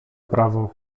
prawo